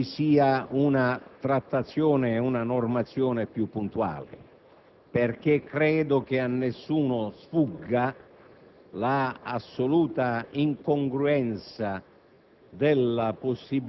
l'opportunità che nel merito ci sia una trattazione e una normazione più puntuale, perché credo che a nessuno sfugga